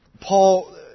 Paul